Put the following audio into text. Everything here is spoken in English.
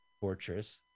Fortress